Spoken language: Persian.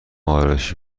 آرایشی